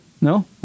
No